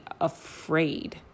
afraid